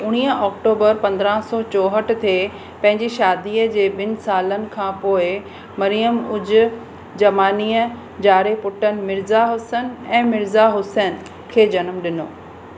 उणवीह आक्टोबरु पंदराहं सौ चोहठि थे पंहिंजी शादीअ जे ॿिनि सालनि खां पोइ मरियम उज जमानीअ जाड़े पुटनि मिर्ज़ा हुसन ऐं मिर्ज़ा हुसैन खे जनमु ॾिनो